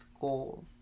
goal